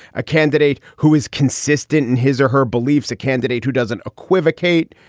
a candidate who is consistent in his or her beliefs, a candidate who doesn't equivocate.